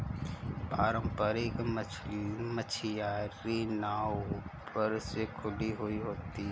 पारम्परिक मछियारी नाव ऊपर से खुली हुई होती हैं